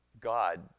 God